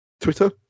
Twitter